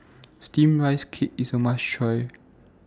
Steamed Rice Cake IS A must Try